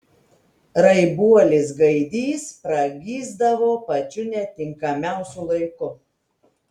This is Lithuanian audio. raibuolis gaidys pragysdavo pačiu netinkamiausiu laiku